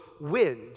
wind